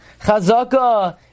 Chazaka